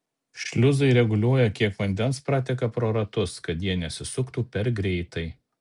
šliuzai reguliuoja kiek vandens prateka pro ratus kad jie nesisuktų per greitai